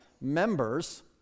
members